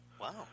Wow